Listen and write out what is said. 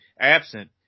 absent